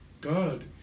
God